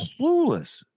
clueless